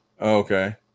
Okay